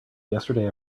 yesterday